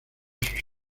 sus